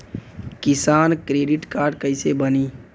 किसान credit card कइसे बानी?